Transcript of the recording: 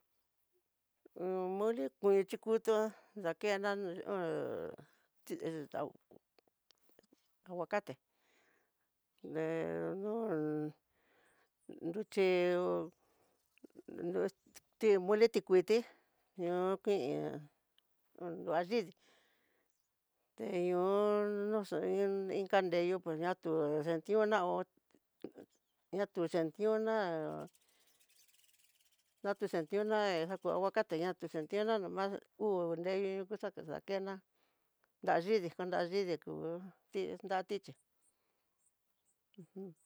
moli kuexhikuta xakena no há ti hitaó aguacate de no nruchii hó nru tilitikuiti ihó kuin há nruayidi, teñon noxe'e inka nreyu kuñatu entioná hó ña xhin texhintiuna, naxhioxentiona ñaxhioxentiona xako aguacate ña xuxhintuna no más uu nreyu kuxake xankena nrayidii ku nrayidii ku ti nrá tichí ujun.